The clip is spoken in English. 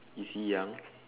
is he young